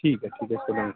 ठीक है ठीक है चलो हम